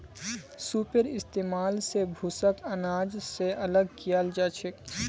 सूपेर इस्तेमाल स भूसाक आनाज स अलग कियाल जाछेक